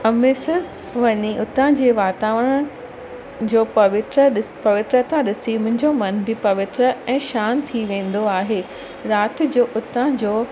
अमृतसर वञी उतां जे वातावरण जो पवित्रु ॾिस पवित्रता ॾिसी मुंहिंजो मन बि पवित्र ऐं शांति थी वेंदो आहे राति जो उतां जो